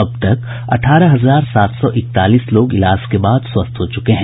अब तक अठारह हजार सात सौ इकतालीस लोग इलाज के बाद स्वस्थ हो चुके हैं